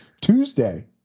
Tuesday